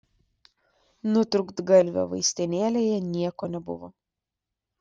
nutrūktgalvio vaistinėlėje nieko nebuvo